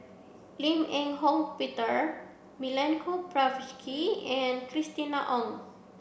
Lim Eng Hock Peter Milenko Prvacki and Christina Ong